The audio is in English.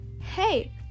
Hey